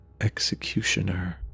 executioner